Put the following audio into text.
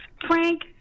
Frank